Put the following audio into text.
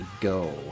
go